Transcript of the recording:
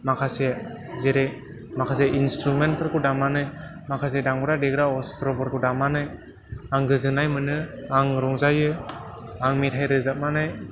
माखासे जेरै माखासे इन्सट्रुमेन्ट फोरखौ दामनानै माखासे दामग्रा देग्रा अस्थ्र'फोरखौ दामनानै आं गोजोन्नाय मोनो आं रंजायो मेथाइ रोजाबनानै